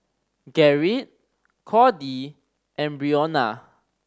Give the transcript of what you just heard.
Gerrit Cordie and Brionna